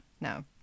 no